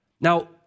Now